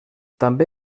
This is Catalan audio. també